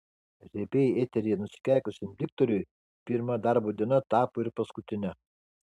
riebiai eteryje nusikeikusiam diktoriui pirma darbo diena tapo ir paskutine